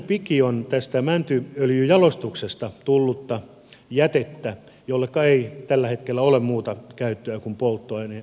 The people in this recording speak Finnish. mäntypiki on tästä mäntyöljyjalostuksesta tullutta jätettä jolle ei tällä hetkellä ole muuta käyttöä kuin polttaminen